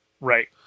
Right